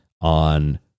on